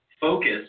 focus